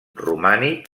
romànic